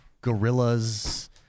gorillas